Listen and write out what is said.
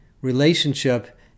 relationship